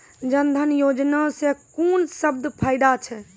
जनधन योजना सॅ कून सब फायदा छै?